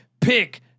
Pick